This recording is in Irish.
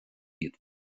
iad